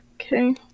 Okay